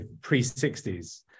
pre-60s